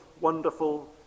wonderful